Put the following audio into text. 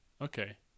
Okay